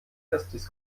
erstis